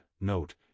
note